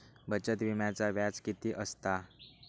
बचत विम्याचा व्याज किती असता?